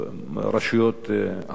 רשויות הרווחה.